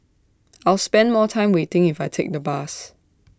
I'll spend more time waiting if I take the bus